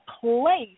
place